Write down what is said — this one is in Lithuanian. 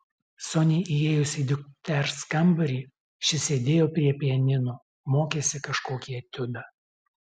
soniai įėjus į dukters kambarį ši sėdėjo prie pianino mokėsi kažkokį etiudą